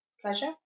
pleasure